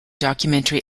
documentary